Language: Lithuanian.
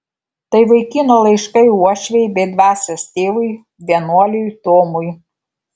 tai vaikino laiškai uošvei bei dvasios tėvui vienuoliui tomui